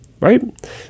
Right